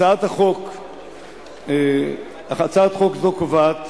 הצעת חוק זו קובעת